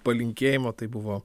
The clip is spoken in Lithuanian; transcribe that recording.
palinkėjimo tai buvo